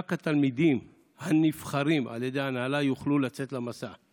רק התלמידים ה"נבחרים" על ידי ההנהלה יוכלו לצאת למסע,